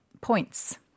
points